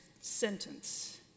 sentence